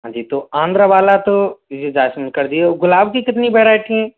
हाँ जी तो आंध्र वाला तो यह जैस्मिन कर दिए और गुलाब की कितनी वैरायटी है